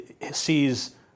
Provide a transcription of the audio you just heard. sees